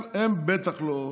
הם, בטח זה לא